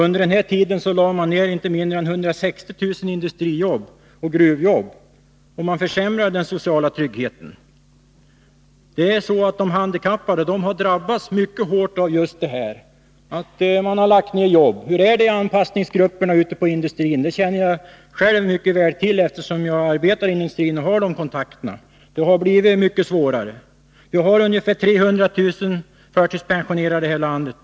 Under den tiden lade man ner inte mindre än 160 000 industrijobb, och man försämrade den sociala tryggheten. De handikappade har drabbats mycket hårt av detta. Se bara på hur det är med anpassningsgrupperna ute i industrin! Jag känner mycket väl till hur det är, eftersom jag har arbetat inom industrin och har kontakter där, och jag vet att det har blivit - Nr 130 mycket svårare för dem. Onsdagen den Vi har ungefär 300 000 förtidspensionerade i landet.